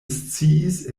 sciis